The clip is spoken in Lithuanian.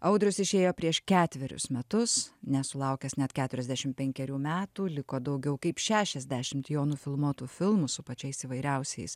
audrius išėjo prieš ketverius metus nesulaukęs net keturiasdešimt penkerių metų liko daugiau kaip šešiasdešimt jo nufilmuotų filmų su pačiais įvairiausiais